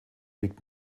liegt